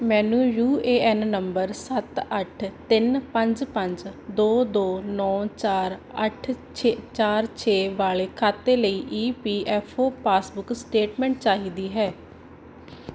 ਮੈਨੂੰ U A N number ਸੱਤ ਅੱਠ ਤਿੰਨ ਪੰਜ ਪੰਜ ਦੋ ਦੋ ਨੌਂ ਚਾਰ ਅੱਠ ਛੇ ਚਾਰ ਛੇ ਵਾਲੇ ਖਾਤੇ ਲਈ E P F O passbook statement ਚਾਹੀਦੀ ਹੈ